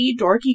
dorky